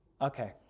Okay